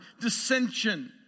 dissension